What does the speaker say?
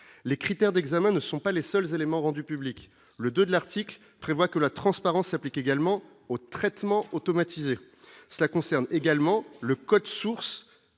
les critères d'examens ne sont pas les seuls éléments rendus publics le de de l'article prévoit que la transparence s'applique également aux traitements automatisés, cela concerne également le code source